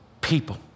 people